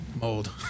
Mold